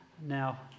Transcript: now